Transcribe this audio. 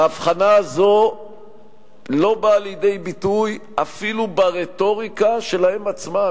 ההבחנה הזו לא באה לידי ביטוי אפילו ברטוריקה שלהם עצמם.